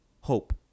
hope